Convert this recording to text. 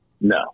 No